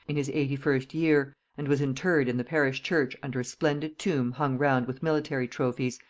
in his eighty first year, and was interred in the parish church under a splendid tomb hung round with military trophies,